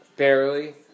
Barely